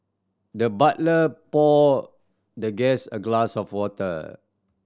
the butler poured the guest a glass of water